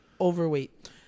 overweight